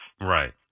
Right